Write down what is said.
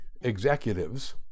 executives